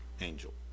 angel